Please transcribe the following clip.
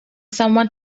someone